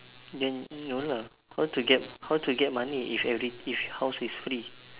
then no lah how to get how to get money if every if house is free